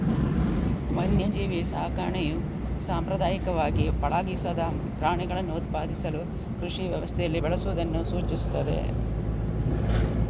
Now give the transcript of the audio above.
ವನ್ಯಜೀವಿ ಸಾಕಣೆಯು ಸಾಂಪ್ರದಾಯಿಕವಾಗಿ ಪಳಗಿಸದ ಪ್ರಾಣಿಗಳನ್ನು ಉತ್ಪಾದಿಸಲು ಕೃಷಿ ವ್ಯವಸ್ಥೆಯಲ್ಲಿ ಬೆಳೆಸುವುದನ್ನು ಸೂಚಿಸುತ್ತದೆ